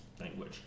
language